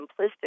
simplistic